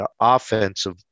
offensive